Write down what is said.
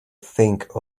think